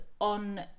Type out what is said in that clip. on